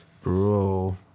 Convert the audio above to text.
Bro